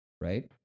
Right